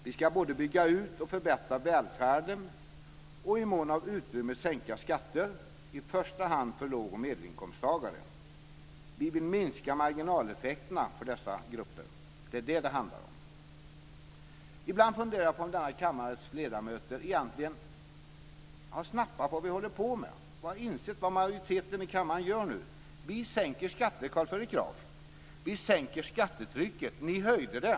Vi ska både bygga ut och förbättra välfärden och i mån av utrymme sänka skatter i första hand för lågoch medelinkomsttagare. Vi vill minska marginaleffekterna för dessa grupper. Det är det som det handlar om. Ibland funderar jag på om denna kammares ledamöter egentligen har snappat upp vad vi håller på med och insett vad majoriteten i kammaren gör nu. Vi sänker skatter, Carl Fredrik Graf. Vi sänker skattetrycket. Ni höjde det.